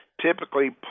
Typically